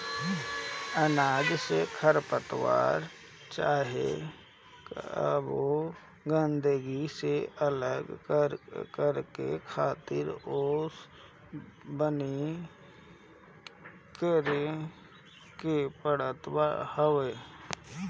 अनाज से पतवार चाहे कवनो गंदगी के अलग करके खातिर ओसवनी करे के पड़त हवे